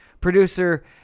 producer